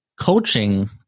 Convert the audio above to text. coaching